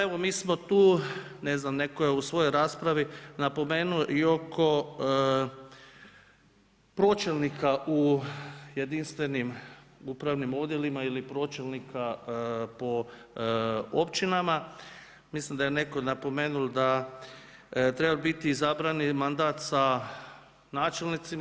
Evo, mi smo tu, ne znam, netko je u svojoj raspravi, napomenuo i oko pročelnika u jedinstvenim uspravnim odjelima ili pročelnika po općinama mislim da je netko napomenul, da bi trebal biti izabrani mandat sa načelnicima.